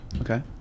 Okay